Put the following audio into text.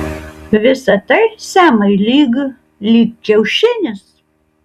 visa tai semai lyg lyg kiaušinis